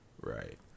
right